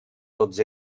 tots